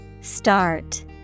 Start